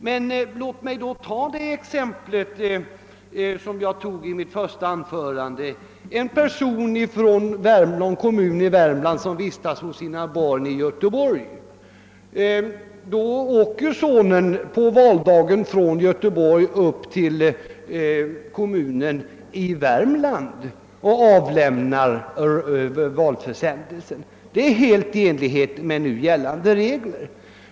Men jag förde ju i mitt första anförande fram exemplet att en person från en kommun i Värmland bor hos sina barn i Göteborg och att sonen på valdagen åker upp från Göteborg till kommunen i Värmland och avlämnar valsedelsförsändelsen. Det är helt i enlighet med gällande regler.